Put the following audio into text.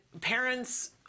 parents